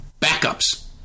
Backups